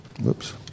Whoops